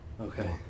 Okay